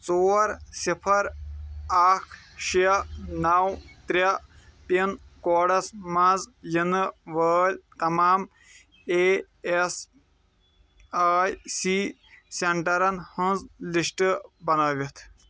ژور صِفَر اکھ شٚے نو ترٛےٚ پِن کوڈس مَنٛز یِنہٕ وٲلۍ تمام اے ایس آی سی سینٹرن ہنٛز لسٹ بنٲوِتھ